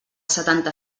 setanta